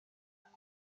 mani